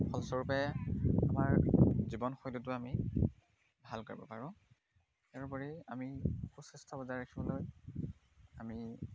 ফলস্বৰূৰপে আমাৰ জীৱন শৈলীবোৰ আমি ভাল কৰিব পাৰোঁ ইয়াৰোপৰি আমি সুস্বাস্থ্য বজাই ৰাখিবলৈ আমি